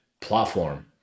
platform